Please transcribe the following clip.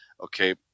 Okay